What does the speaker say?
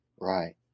Right